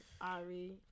Ari